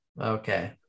Okay